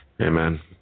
Amen